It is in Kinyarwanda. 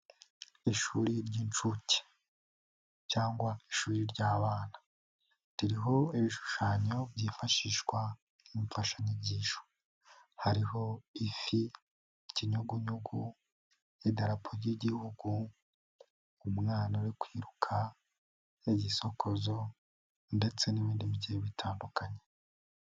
Ishuri ry'incuke cyangwa ishuri ry'abana, ririho ibishushanyo byifashishwa mu mfashanyigisho, hariho: ifi, ikinyugunyugu, idarapo ry'Igihugu, umwana uri kwiruka, igisokoza ndetse n'ibindi bigiye bitandukanye.